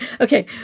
okay